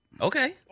Okay